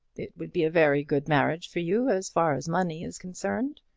it would be a very good marriage for you, as far as money is concerned.